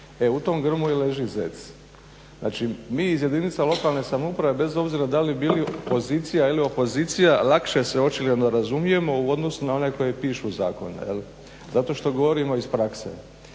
E u tom grmu i leži zec. Znači mi iz jedinica lokalne samouprave bez obzira da li biti pozicija ili opozicija lakše se očigledno razumijemo u odnosu na one koji pišu zakone zato što govorimo iz prakse.